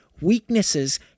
weaknesses